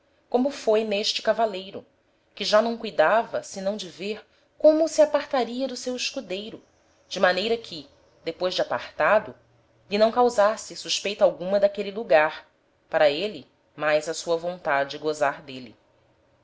como foi n'este cavaleiro que já não cuidava senão de ver como se apartaria do seu escudeiro de maneira que depois de apartado lhe não causasse suspeita alguma d'aquele lugar para êle mais á sua vontade gosar d'êle